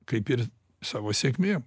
kaip ir savo sėkmėm